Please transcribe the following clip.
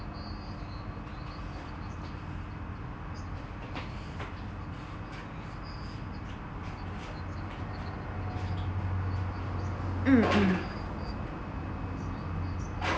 mm mm